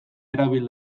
erabil